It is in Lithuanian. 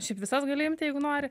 šiaip visas gali imti jeigu nori